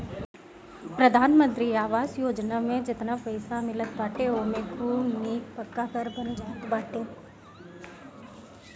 प्रधानमंत्री आवास योजना में जेतना पईसा मिलत बाटे ओमे खूब निक पक्का घर बन जात बाटे